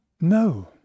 No